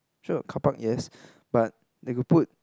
sure carpark yes but like you put